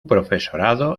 profesorado